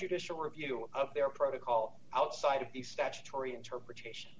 judicial review of their protocol outside of the statutory interpretation